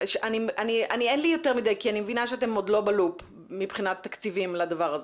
אני מבינה שאתם עוד לא בלופ מבחינת תקציבים לדבר הזה,